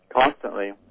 Constantly